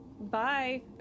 bye